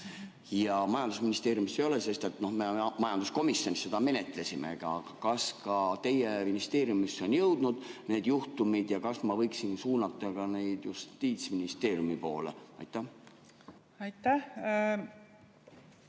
majandusministeeriumisse. Me majanduskomisjonis seda menetlesime. Kas ka teie ministeeriumisse on jõudnud need juhtumid ja kas ma võiksin suunata neid inimesi ka Justiitsministeeriumi poole? Aitäh!